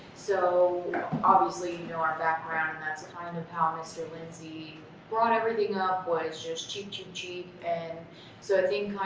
so obviously, you know our background, and that's kind of how mr. lindsey brought everything up was just cheap, cheap, cheap, and so i think,